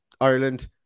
Ireland